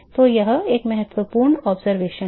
तो यह एक महत्वपूर्ण अवलोकन है